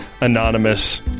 anonymous